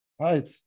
Right